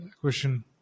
question